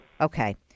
okay